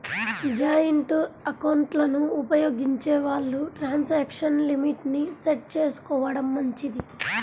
joint ఎకౌంట్లను ఉపయోగించే వాళ్ళు ట్రాన్సాక్షన్ లిమిట్ ని సెట్ చేసుకోడం మంచిది